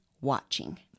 watching